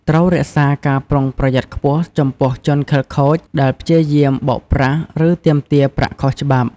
ត្រូវរក្សាការប្រុងប្រយ័ត្នខ្ពស់ចំពោះជនខិលខូចដែលព្យាយាមបោកប្រាស់ ឬទាមទារប្រាក់ខុសច្បាប់។